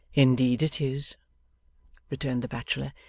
indeed it is returned the bachelor.